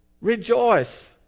Rejoice